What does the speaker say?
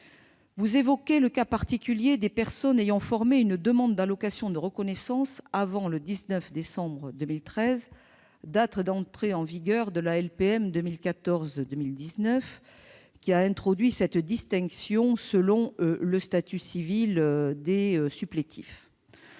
évoquent le cas particulier des personnes ayant formé une demande d'allocation de reconnaissance avant le 19 décembre 2013, date d'entrée en vigueur de la LPM 2014-2019, qui a introduit cette distinction selon le statut civil des supplétifs.